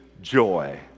joy